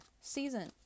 season